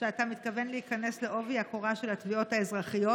שאתה מתכוון להיכנס בעובי הקורה של התביעות האזרחיות,